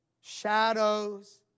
shadows